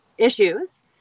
Issues